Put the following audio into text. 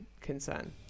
concern